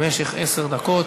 במשך עשר דקות.